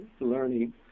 learning